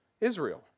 Israel